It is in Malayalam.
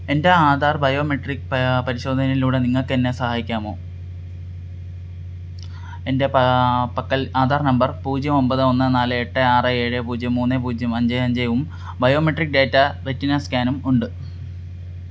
എൻ്റെ ആധാർ ബയോമെട്രിക് പരിശോധനയിലൂടെ നിങ്ങൾക്ക് എന്നെ സഹായിക്കാമോ എൻ്റെ പ പക്കൽ ആധാർ നമ്പർ പൂജ്യം ഒമ്പത് ഒന്ന് നാല് എട്ട് ആറ് ഏഴ് പൂജ്യം മൂന്ന് പൂജ്യം അഞ്ച് അഞ്ചും ബയോമെട്രിക് ഡാറ്റ റെറ്റിന സ്കാനും ഉണ്ട്